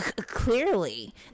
clearly